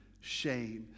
shame